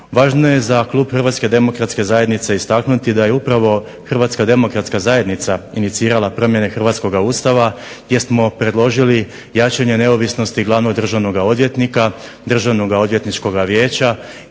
Važno je za Klub HDZ-a istaknuti da je upravo HDZ inicirala promjene hrvatskoga Ustava jer smo predložili jačanje neovisnosti glavnog državnog odvjetnika, Državnog odvjetničkog vijeća,